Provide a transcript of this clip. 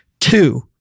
Two